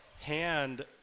hand